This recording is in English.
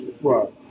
Right